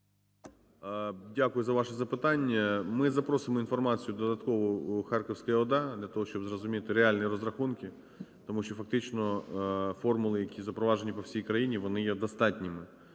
Дякую за ваше запитання. Ми запросимо інформацію додаткову у Харківську ОДА для того, щоби зрозуміти реальні розрахунки, тому що фактично формули, які запроваджені по всій країні, вони є достатніми.